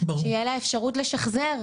שתהיה אפשרות לשחזר,